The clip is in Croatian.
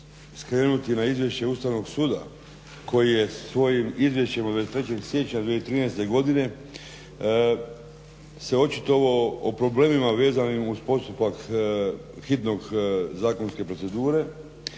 skrenuti na Izvješće Ustavnog suda koji je svojim Izvješćem od 23. siječnja 2013. godine se očitovao o problemima vezanim uz postupak hitne zakonske procedure